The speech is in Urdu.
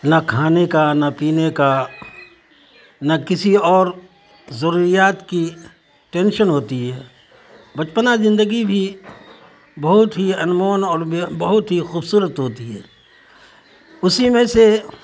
نہ کھانے کا نہ پینے کا نہ کسی اور ضروریات کی ٹینشن ہوتی ہے بچپنا زندگی بھی بہت ہی انمول اور بہت ہی خوبصورت ہوتی ہے اسی میں سے